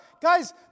Guys